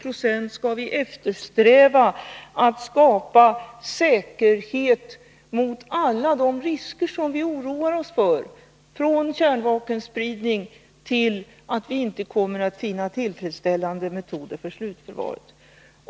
För 10 Yo skall vi eftersträva att skapa säkerhet mot alla de risker som vi oroar oss för, från kärnvapenspridning till att vi inte kommer att hinna tillfredsställa metoder för slutförvaring.